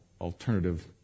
alternative